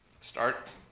Start